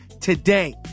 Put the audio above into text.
today